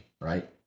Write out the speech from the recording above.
right